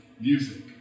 Music